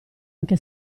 anche